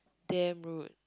damn rude